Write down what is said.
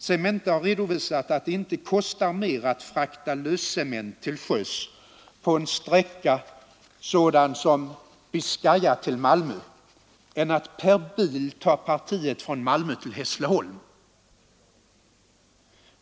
Cementa har redovisat att det inte kostar mer att frakta löscement till sjöss på en sträcka som den från Biscaya till Malmö än att per bil ta partiet från Malmö till Hässleholm.